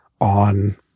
on